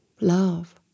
Love